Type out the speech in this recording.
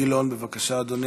חבר הכנסת אילן גילאון, בבקשה,